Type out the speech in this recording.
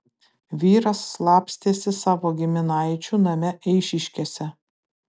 vyras slapstėsi savo giminaičių name eišiškėse